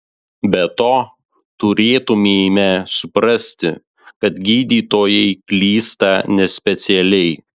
be to turėtumėme suprasti kad gydytojai klysta nespecialiai